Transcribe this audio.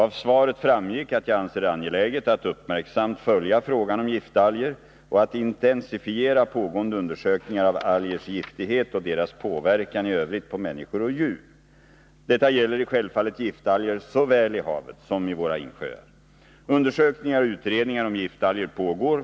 Av svaret framgick att jag anser det angeläget att uppmärksamt följa frågan om giftalger och att intensifiera pågående undersökningar av algers giftighet och deras påverkan i övrigt på människor och djur. Detta gäller självfallet giftalger såväl i havet som i våra insjöar. Undersökningar och utredningar om giftalger pågår.